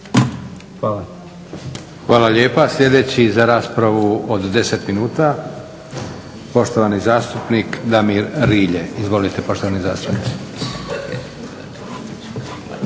(SDP)** Hvala lijepa. Sljedeći za raspravu od 10 minuta poštovani zastupnik Damir Rilje. Izvolite poštovani zastupniče.